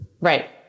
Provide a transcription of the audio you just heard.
right